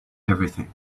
everything